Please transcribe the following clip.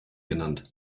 genannt